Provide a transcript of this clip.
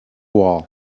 wall